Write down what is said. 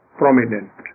prominent